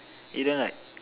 you don't like